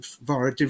via